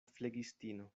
flegistino